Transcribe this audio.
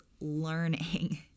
learning